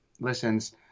listens